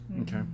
Okay